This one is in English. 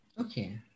okay